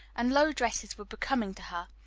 and low dresses were becoming to her.